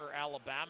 Alabama